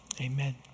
amen